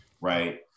right